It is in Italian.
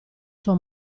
sua